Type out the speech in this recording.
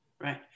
Right